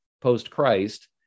post-Christ